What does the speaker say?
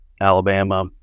Alabama